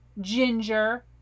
ginger